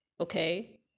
okay